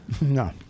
No